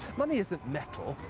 money isn't metai.